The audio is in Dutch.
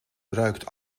ruikt